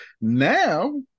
now